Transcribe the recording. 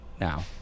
now